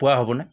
পোৱা হ'বনে